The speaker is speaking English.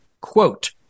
Quote